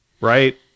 Right